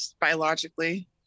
biologically